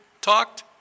talked